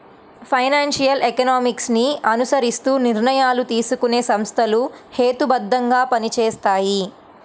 financial economics ని అనుసరిస్తూ నిర్ణయాలు తీసుకునే సంస్థలు హేతుబద్ధంగా పనిచేస్తాయి